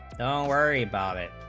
worry about it